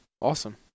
Awesome